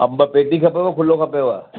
अंब पेटी खपेव खुलो खपेव